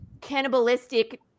cannibalistic